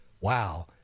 Wow